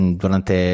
durante